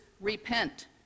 repent